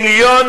1.5 מיליון